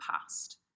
past